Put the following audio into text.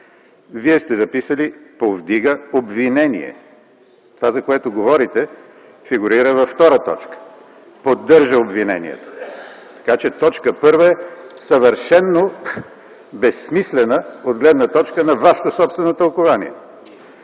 Вие сте записали „Повдига обвинение”. Това, за което говорите, фигурира в т. 2 – „Поддържа обвинението”. Така че т. 1 е съвършено безсмислена от гледна точка на Вашето собствено тълкувание.